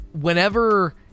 whenever